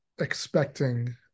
expecting